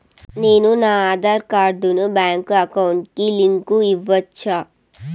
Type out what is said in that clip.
నేను నా ఆధార్ కార్డును బ్యాంకు అకౌంట్ కి లింకు ఇవ్వొచ్చా?